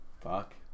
fuck